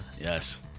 Yes